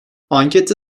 ankette